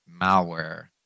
malware